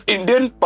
Indian